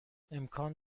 امکان